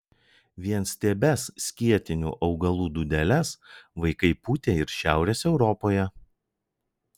vienstiebes skėtinių augalų dūdeles vaikai pūtė ir šiaurės europoje